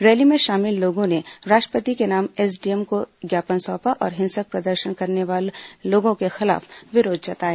rally में शामिल लोगों ने राष्ट्रपति के नाम एसडीएम को ज्ञापन सौंपा और हिंसक प्रदर्शन करने वाले लोगों के खिलाफ विरोध जताया